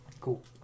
Cool